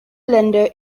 länder